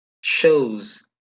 shows